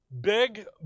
Big